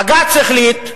בג"ץ החליט,